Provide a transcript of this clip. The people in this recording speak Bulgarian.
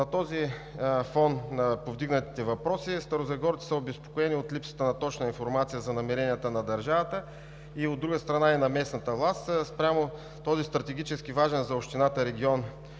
На този фон на повдигнатите въпроси старозагорци са обезпокоени от липсата на точна информация за намеренията на държавата, от друга страна, и на местната власт спрямо този стратегически важен и за общината, и